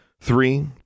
Three